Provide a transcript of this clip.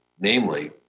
namely